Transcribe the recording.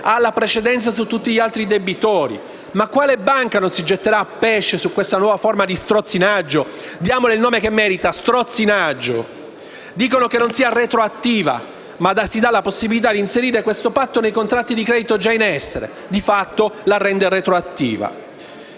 ha la precedenza su tutti gli altri creditori. Ma quale banca non si getterà a pesce su questa nuova forma di strozzinaggio? Diamole infatti il nome che si merita: strozzinaggio. Dicono che la norma non sia retroattiva, ma il dare la possibilità di inserire questo patto nei contratti di credito già in essere la rende di fatto retroattiva.